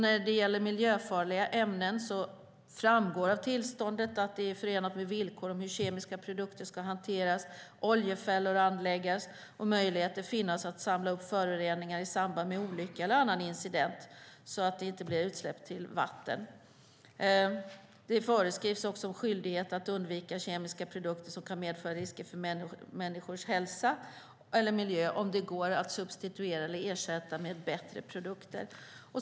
När det gäller miljöfarliga ämnen framgår det av tillståndet att det är förenat med villkor om hur kemiska produkter ska hanteras, oljefällor anläggas och möjligheter finnas att samla upp föroreningar i samband med olycka eller annan incident så att det inte blir utsläpp till vatten. Det föreskrivs också om skyldighet att undvika kemiska produkter som kan medföra risker för människors hälsa eller miljö om det går att substituera eller ersätta med bättre produkter.